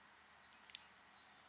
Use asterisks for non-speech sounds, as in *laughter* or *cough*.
*noise*